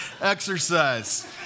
Exercise